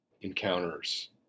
encounters